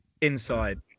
inside